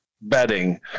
bedding